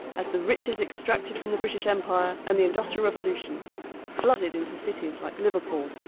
as the riches extracted from the british empire and the industrial revolution flooded into cities like liverpool,